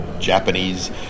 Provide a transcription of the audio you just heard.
Japanese